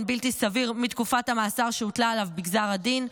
בלתי סביר מתקופת המאסר שהוטלה עליו בגזר הדין,